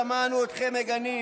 לא שמענו אתכם מגנים.